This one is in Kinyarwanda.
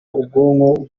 ubwonko